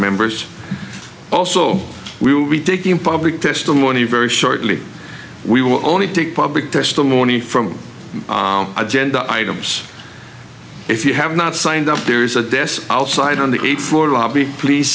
members also we will be taking public testimony very shortly we will only take public testimony from agenda items if you have not signed up there's that this outside on the eighth floor lobby please